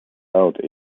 out